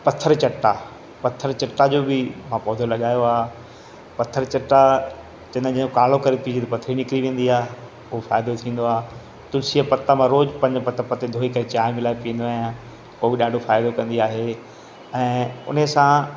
पत्थर चट्टा पत्थर चट्टा जो बि मां पौधो लॻायो आहे पत्थर चट्टा जंहिंजो कालो करे पीर पत्थरी निकिरी वेंदी आहे पोइ फ़ाइदो थींदो आहे तुलसीअ जा पत्ता मां रोज़ु पंज पंज पत्ते धोई करे मां चाहिं मिलाए पीअंदो आहियां उहो बि ॾाढो फ़ाइदो कंदी आहे ऐं उन सां